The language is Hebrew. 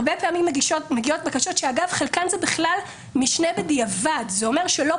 הרבה פעמים מגיעות בקשות שחלקן הן בכלל משנה בעבר; זה אומר שלא